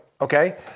okay